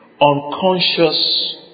unconscious